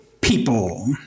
people